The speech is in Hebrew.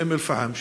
מאום-אלפחם.